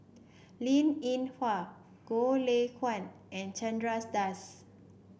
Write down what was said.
Linn In Hua Goh Lay Kuan and Chandra Das